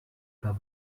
pas